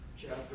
Chapter